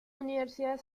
universidad